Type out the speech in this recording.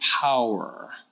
power